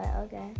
Okay